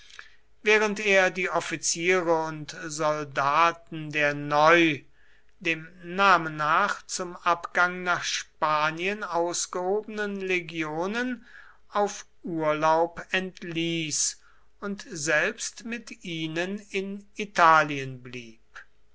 während er die offiziere und soldaten der neu dem namen nach zum abgang nach spanien ausgehobenen legionen auf urlaub entließ und selbst mit ihnen in italien blieb